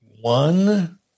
One